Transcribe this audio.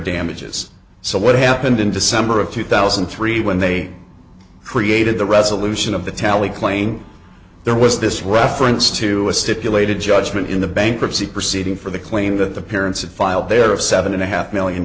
damages so what happened in december of two thousand and three when they created the resolution of the tally claim there was this reference to a stipulated judgment in the bankruptcy proceeding for the claim that the parents had filed their of seven and a half million